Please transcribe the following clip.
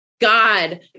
God